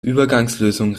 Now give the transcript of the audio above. übergangslösung